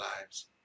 lives